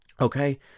Okay